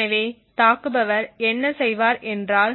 எனவே தாக்குபவர் என்ன செய்வார் என்றால்